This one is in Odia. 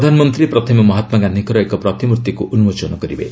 ପ୍ରଧାନମନ୍ତ୍ରୀ ପ୍ରଥମେ ମହାତ୍ମାଗାନ୍ଧିଙ୍କର ଏକ ପ୍ରତିମୂର୍ତ୍ତିକୁ ଉନ୍ମୋଚନ କରିବେ